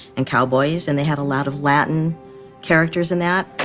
and cowboys, and they had a lot of latin characters in that.